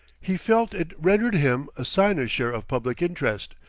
he felt it rendered him a cynosure of public interest,